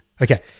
Okay